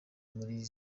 muri